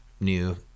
new